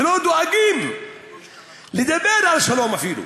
ולא דואגים לדבר על שלום אפילו,